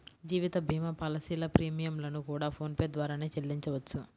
జీవిత భీమా పాలసీల ప్రీమియం లను కూడా ఫోన్ పే ద్వారానే చెల్లించవచ్చు